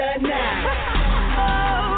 now